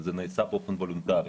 וזה נעשה באופן וולונטרי.